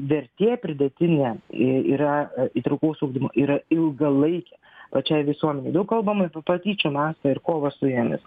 vertė pridėtinė yra įtraukaus ugdymo yra ilgalaikė o čia visuomenėj daug kalbama apie patyčių mastą ir kovą su jumis